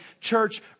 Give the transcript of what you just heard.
church